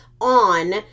on